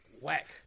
whack